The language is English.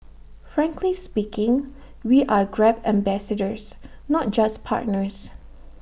frankly speaking we are grab ambassadors not just partners